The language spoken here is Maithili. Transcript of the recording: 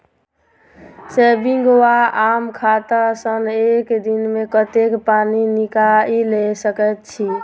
सेविंग वा आम खाता सँ एक दिनमे कतेक पानि निकाइल सकैत छी?